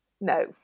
No